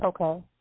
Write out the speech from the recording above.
Okay